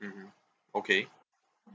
mmhmm okay